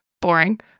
boring